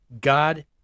god